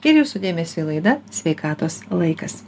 ir jūsų dėmesiui laida sveikatos laikas